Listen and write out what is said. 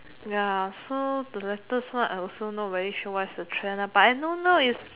ya so the latest one I also not very sure what's the trend ah but I know now is